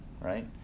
right